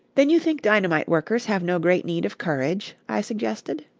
then you think dynamite-workers have no great need of courage? i suggested.